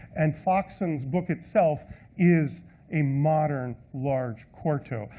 and foxon's book itself is a modern large quarto.